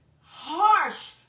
harsh